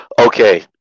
Okay